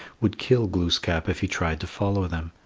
would kill glooskap if he tried to follow them.